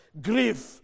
grief